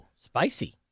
spicy